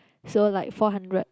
so like four hundred